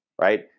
right